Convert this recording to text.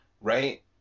right